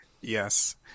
yes